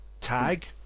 tag